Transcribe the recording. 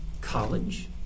college